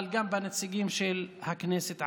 אבל גם בנציגים של הכנסת עצמה.